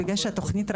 בגלל שבתוכנית,